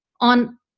on